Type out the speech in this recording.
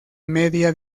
media